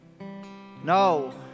No